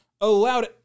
allowed